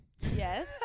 yes